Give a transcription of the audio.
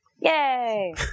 Yay